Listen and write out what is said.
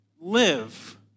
live